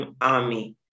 army